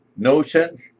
notions.